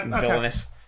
villainous